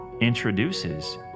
introduces